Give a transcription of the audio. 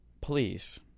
please